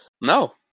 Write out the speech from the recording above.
No